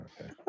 okay